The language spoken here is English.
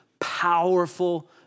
powerful